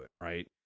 right